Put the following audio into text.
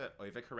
overcorrect